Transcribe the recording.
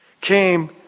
came